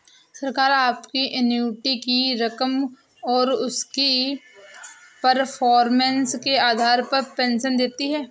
सरकार आपकी एन्युटी की रकम और उसकी परफॉर्मेंस के आधार पर पेंशन देती है